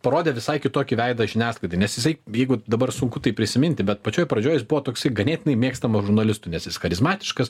parodė visai kitokį veidą žiniasklaidai nes jisai jeigu dabar sunku tai prisiminti bet pačioj pradžioj jis buvo toksai ganėtinai mėgstamas žurnalistų nes jis charizmatiškas